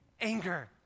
anger